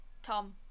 Tom